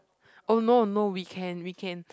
oh no no we can we can